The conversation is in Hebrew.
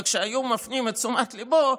וכשהיו מפנים את תשומת ליבו,